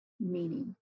Meaning